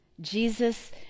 Jesus